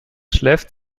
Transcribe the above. schläft